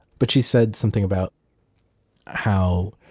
but she said something about how,